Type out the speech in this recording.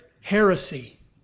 heresy